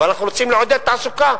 אבל אנחנו רוצים לעודד תעסוקה.